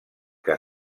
que